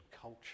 culture